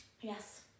Yes